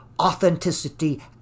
authenticity